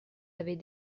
avez